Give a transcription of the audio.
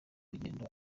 rugendo